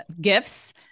Gifts